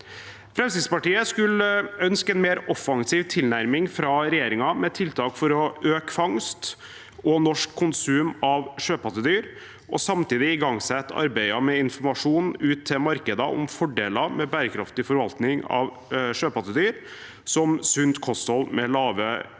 Fremskrittspartiet ønsker en mer offensiv tilnærming fra regjeringen, med tiltak for å øke fangst og norsk konsum av sjøpattedyr, og samtidig igangsette arbeider med informasjon ut til markeder om fordeler med bærekraftig forvaltning av sjøpattedyr som sunt kosthold med lave klimaavtrykk,